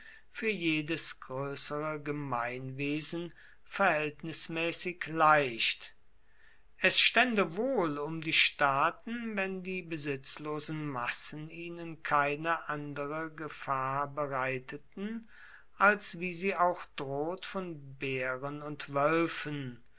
für jedes größere gemeinwesen verhältnismäßig leicht es stände wohl um die staaten wenn die besitzlosen massen ihnen keine andere gefahr bereiteten als wie sie auch droht von bären und wölfen